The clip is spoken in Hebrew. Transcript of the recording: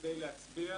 כדי להצביע